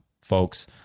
folks